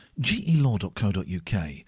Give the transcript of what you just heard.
gelaw.co.uk